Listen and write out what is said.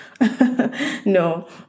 No